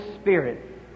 Spirit